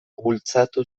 bultzatu